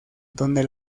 donde